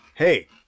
Hey